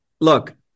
look